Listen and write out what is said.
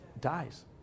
dies